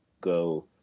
go